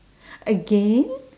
again